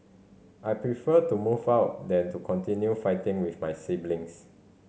I prefer to move out than to continue fighting with my siblings